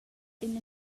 digl